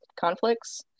conflicts